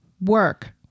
work